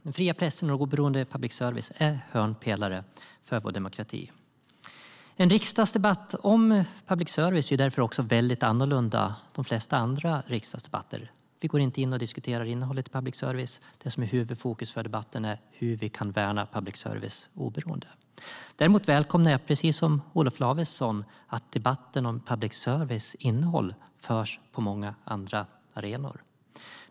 Den fria pressen och oberoende public service är hörnpelare för vår demokrati. Däremot välkomnar jag, precis som Olof Lavesson, att debatten om public services innehåll förs på många andra arenor.